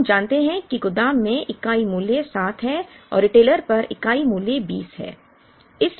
और हम मानते हैं कि गोदाम में इकाई मूल्य 7 है और रिटेलर पर इकाई मूल्य 20 है